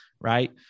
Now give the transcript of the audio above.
right